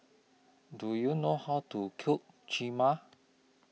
Do YOU know How to Cook Cheema